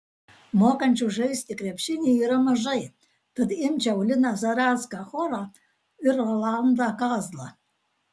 mokančių žaisti krepšinį yra mažai tad imčiau liną zarecką chorą ir rolandą kazlą